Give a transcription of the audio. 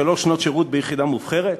שלוש שנים שירות ביחידה מובחרת,